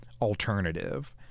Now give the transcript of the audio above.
alternative